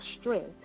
strength